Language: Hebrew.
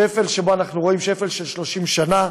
שפל של 30 שנה,